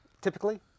typically